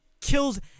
Kills